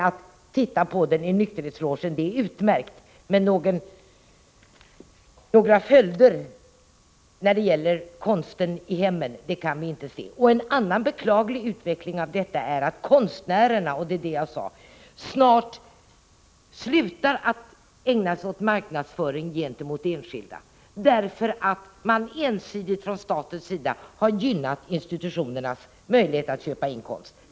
Att se på tavlan i nykterhetslogen är utmärkt, men några följder när det gäller konsten i hemmen kan vi inte se. En annan beklaglig utveckling är, som sagt, att konstnärerna snart slutar att ägna sig åt marknadsföring gentemot enskilda, därför att staten ensidigt har gynnat institutionernas möjligheter att köpa in konst.